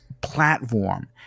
platform